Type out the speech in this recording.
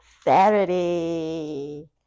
Saturday